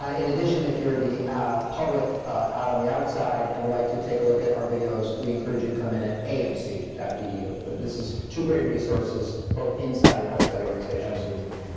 ah in addition, if you're the public out on the outside and would like to take a look at our videos, we encourage you to come in at amc edu. but this is two great resources both inside and outside the organization. absolutely.